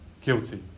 guilty